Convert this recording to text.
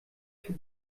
für